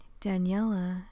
Daniela